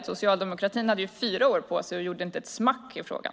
Socialdemokratin hade fyra år på sig och gjorde inte ett smack i frågan.